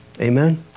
Amen